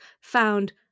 found